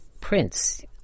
prince